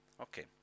Okay